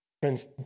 Friends